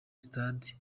stade